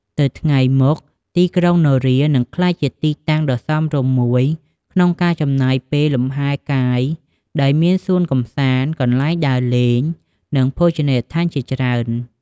ទៅថ្ងៃមុខ ទីក្រុងនរានឹងក្លាយជាទីតាំងដ៏សមរម្យមួយក្នុងការចំណាយពេលលំហែលកាយ ដោយមានសួនកម្សាន្ត កន្លែងដើរលេង និងភោជនីយដ្ឋានជាច្រើន។